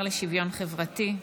השר לשוויון חברתי,